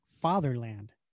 fatherland